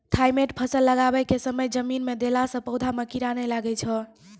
Thimet फ़सल लगाबै के समय जमीन मे देला से पौधा मे कीड़ा नैय लागै छै?